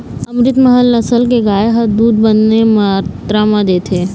अमरितमहल नसल के गाय ह दूद बने मातरा म देथे